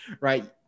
Right